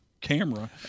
camera